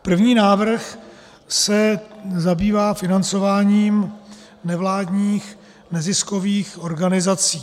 První návrh se zabývá financováním nevládních neziskových organizací.